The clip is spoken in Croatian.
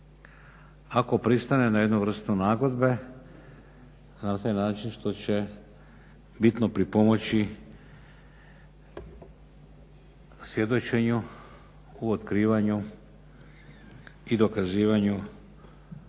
ako pristane na jednu vrstu nagodbe na taj način što će bitno pripomoći svjedočenju u otkrivanju i dokazivanju